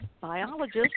biologist